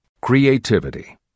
Creativity